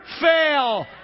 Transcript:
fail